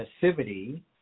passivity